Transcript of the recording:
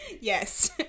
yes